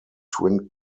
twin